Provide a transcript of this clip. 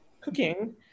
cooking